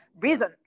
reason